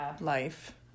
life